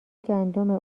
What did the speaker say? گندم